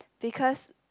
because